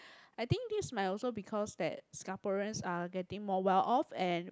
I think this might also because that Singaporeans are getting more well off and